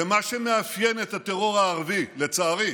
ומה שמאפיין את הטרור הערבי, לצערי,